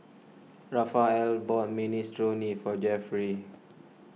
Raphael bought Minestrone for Jeffrey